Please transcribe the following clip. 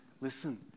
Listen